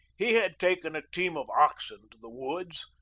he had taken a team of oxen to the woods,